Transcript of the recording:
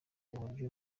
uburyo